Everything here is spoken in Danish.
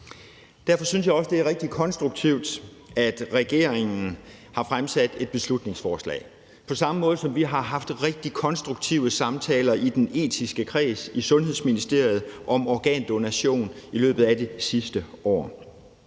Derfor synes jeg også, det er rigtig konstruktivt, at regeringen har fremsat et beslutningsforslag, ligesom vi har haft rigtig konstruktive samtaler i den etiske kreds i Sundhedsministeriet om organdonation i løbet af det sidste år.